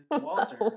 Walter